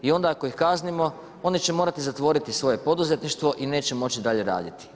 I onda ako ih kaznimo oni će morati zatvoriti svoje poduzetništvo i neće moći dalje raditi.